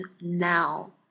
now